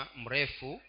mrefu